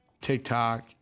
tiktok